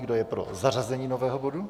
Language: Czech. Kdo je pro zařazení nového bodu?